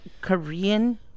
Korean